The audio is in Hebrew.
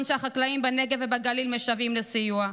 שהחקלאים בנגב ובגליל משוועים לסיוע?